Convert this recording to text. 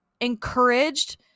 encouraged